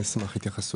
אני אשמח להתייחסות,